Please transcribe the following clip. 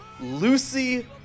lucy